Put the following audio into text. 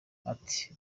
ati